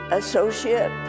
associate